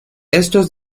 estos